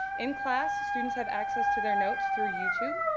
in class, students have access to their notes through youtube,